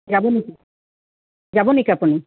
যাব নেকি যাব নেকি আপুনি